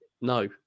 no